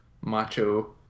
macho